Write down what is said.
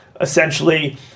essentially